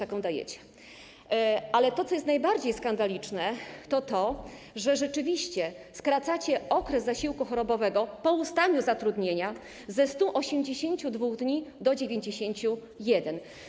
Ale to, co jest najbardziej skandaliczne, to to, że rzeczywiście skracacie okres zasiłku chorobowego po ustaniu zatrudniania ze 182 dni do 91.